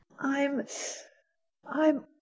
I'm—I'm